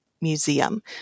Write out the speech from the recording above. museum